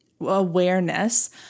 awareness